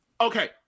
Okay